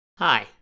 Hi